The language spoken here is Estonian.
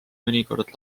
mõnikord